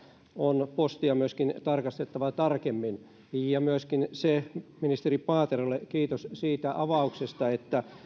on postia myöskin tarkasteltava tarkemmin ja myöskin ministeri paaterolle kiitos siitä avauksesta että